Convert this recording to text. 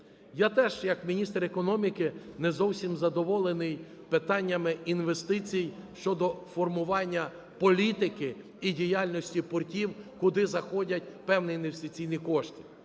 Я теж як міністр економіки не зовсім задоволений питаннями інвестицій щодо формування політики і діяльності портів, куди заходять певні інвестиційні кошти.